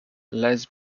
les